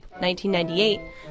1998